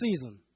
season